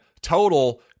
total